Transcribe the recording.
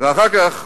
ואחר כך